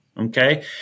Okay